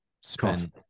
spend